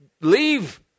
leave